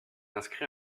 inscrit